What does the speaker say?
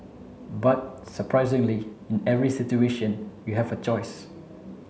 but surprisingly in every situation you have a choice